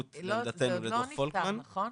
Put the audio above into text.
הם לא סבורים כמונו.